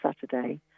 Saturday